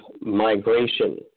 migration